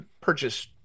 purchase